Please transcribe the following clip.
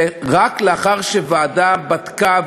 ורק לאחר שוועדה בדקה,